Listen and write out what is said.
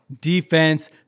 defense